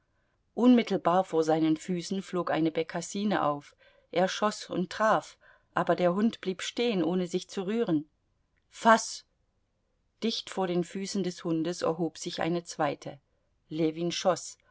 unmittelbar vor seinen füßen flog eine bekassine auf er schoß und traf aber der hund blieb stehen ohne sich zu rühren faß dicht vor den füßen des hundes erhob sich eine zweite ljewin schoß